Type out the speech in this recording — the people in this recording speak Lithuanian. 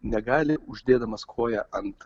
negali uždėdamas koją ant